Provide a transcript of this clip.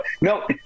no